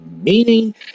meaning